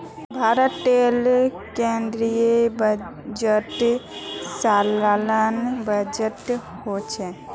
भारतेर केन्द्रीय बजट सालाना बजट होछे